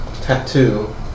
tattoo